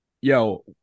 yo